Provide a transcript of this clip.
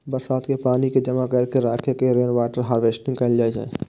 बरसात के पानि कें जमा कैर के राखै के रेनवाटर हार्वेस्टिंग कहल जाइ छै